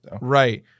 right